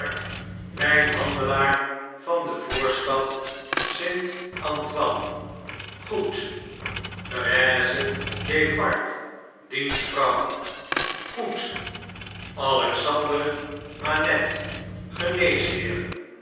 wjnhandelaar van de voorstad st antoine goed therese defarge diens vrouw goed alexander manette